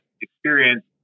experience